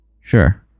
Sure